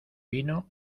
vino